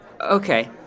Okay